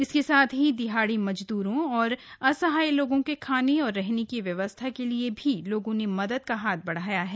इसके साथ ही दिहाड़ी मजदूरों और असहाय लोगो के खाने और रहने की व्यवस्था के लिए भी लोगों ने मदद का हाथ बढ़ाया है